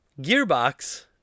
Gearbox